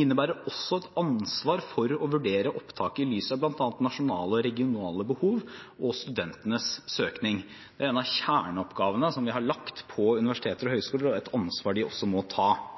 også et ansvar for å vurdere opptaket i lys av bl.a. nasjonale og regionale behov og studentenes søkning. Det er en av kjerneoppgavene vi har lagt på universiteter og høyskoler, og det er et ansvar de også må ta.